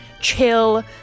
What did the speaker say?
chill